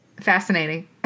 fascinating